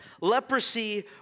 leprosy